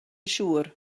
siŵr